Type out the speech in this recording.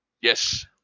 Yes